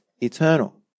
eternal